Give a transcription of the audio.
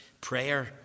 prayer